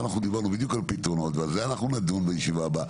אנחנו דיברנו בדיוק על פתרונות ועל זה נדון בישיבה הבאה.